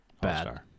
Bad